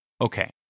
Okay